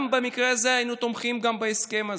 במקרה הזה היינו תומכים גם בהסכם הזה,